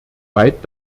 weit